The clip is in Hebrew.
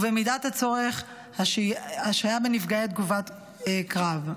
טיפול, ובמידת הצורך השהייה בנפגעי תגובת קרב.